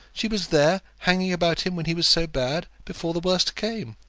she was there hanging about him when he was so bad, before the worst came.